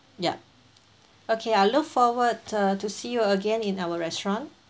yup okay I look forward uh to see you again in our restaurant